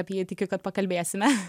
apie jį tikiu kad pakalbėsime